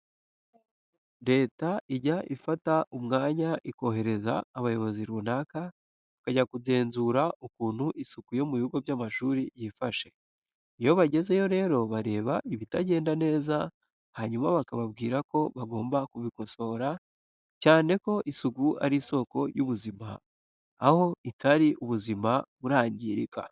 Leta ijya ifata umwanya ikohereza abayobozi runaka bakajya kugenzura ukuntu isuku yo mu bigo by'amashuri yifashe. Iyo bagezeyo rero bareba ibitagenda neza hanyuma bakababwira ko bagomba kubikosora, cyane ko isuku ari isoko y'ubuzima, aho itari ubuzima burangirika.